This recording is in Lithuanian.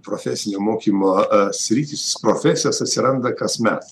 profesinio mokymo sritys profesijos atsiranda kasmet